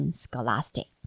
scholastic